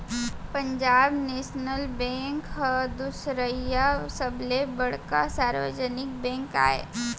Punjab national bank ह दुसरइया सबले बड़का सार्वजनिक बेंक आय